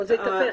זה התהפך.